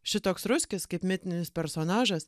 šitoks ruskis kaip mitinis personažas